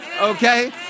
Okay